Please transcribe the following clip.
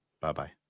bye-bye